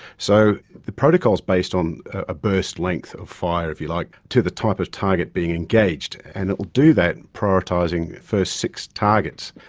so the protocol is based on a burst length of fire, if you like, to the type of targeted being engaged, and it will do that prioritising first six targets.